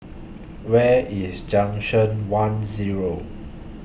Where IS Junction one Zero